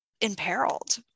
imperiled